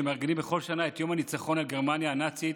שמארגנים בכל שנה את יום הניצחון על גרמניה הנאצית